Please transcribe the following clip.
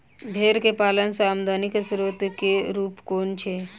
भेंर केँ पालन सँ आमदनी केँ स्रोत केँ रूप कुन छैय?